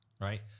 right